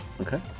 Okay